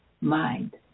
mind